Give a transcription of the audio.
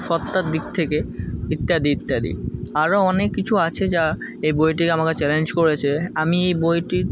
সত্তার দিক থেকে ইত্যাদি ইত্যাদি আরো অনেক কিছু আছে যা এই বইটি আমাকে চ্যালেঞ্জ করেছে আমি এই বইটির